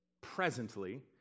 presently